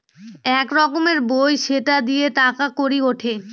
এক রকমের বই সেটা দিয়ে টাকা কড়ি উঠে